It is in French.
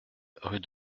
rue